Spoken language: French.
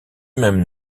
même